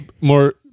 more